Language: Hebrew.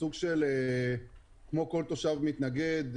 כמו כל תושב מתנגד,